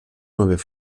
mauvais